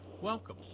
Welcome